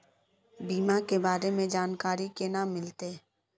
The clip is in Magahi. बीमा के बारे में जानकारी केना मिलते?